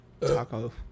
Taco